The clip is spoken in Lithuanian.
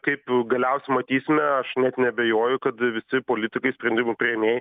kaip galiausia matysime aš neabejoju kad visi politikai sprendimų priėmėjai